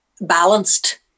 balanced